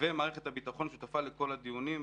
ומערכת הביטחון שותפה לכל הדיונים,